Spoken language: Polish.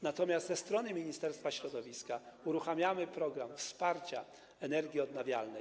Natomiast ze strony Ministerstwa Środowiska uruchamiamy program wsparcia energii odnawialnej.